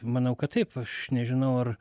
manau kad taip aš nežinau ar